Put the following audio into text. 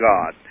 God